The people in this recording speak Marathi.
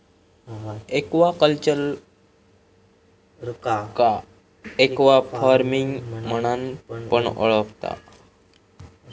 एक्वाकल्चरका एक्वाफार्मिंग म्हणान पण ओळखतत